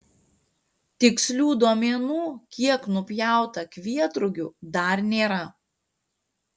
tikslių duomenų kiek nupjauta kvietrugių dar nėra